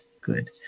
Good